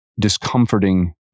discomforting